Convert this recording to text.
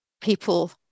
people